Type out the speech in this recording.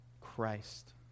Christ